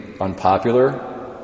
unpopular